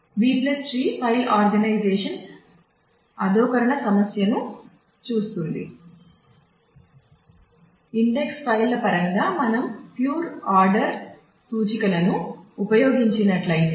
B tree file organisation చూస్తుంది